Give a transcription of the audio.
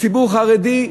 הציבור החרדי,